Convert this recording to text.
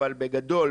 אבל בגדול,